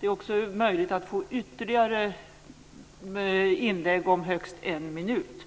Det är också möjligt att få ytterligare inlägg om högst en minut.